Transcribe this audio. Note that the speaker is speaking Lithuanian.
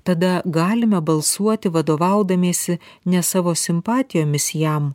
tada galime balsuoti vadovaudamiesi ne savo simpatijomis jam